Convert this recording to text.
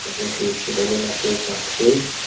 چلو ٹھیٖک چھُ وٮ۪نِلا کیک اَکھ بیٚیہِ